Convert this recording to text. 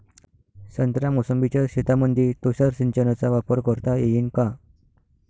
संत्रा मोसंबीच्या शेतामंदी तुषार सिंचनचा वापर करता येईन का?